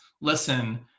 listen